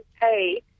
pay